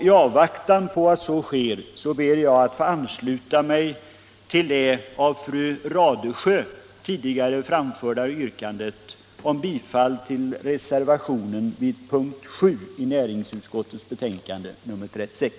I avvaktan på att så sker ber jag att få ansluta mig till det av fru Radesjö tidigare framförda yrkandet om bifall till reservationen vid punkten 7 i näringsutskottets betänkande nr 36.